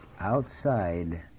outside